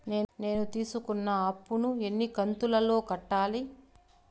నేను తీసుకున్న అప్పు ను ఎన్ని కంతులలో కట్టాలి?